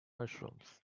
mushrooms